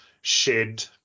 shed